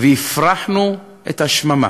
והפרחנו את השממה.